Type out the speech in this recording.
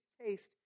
taste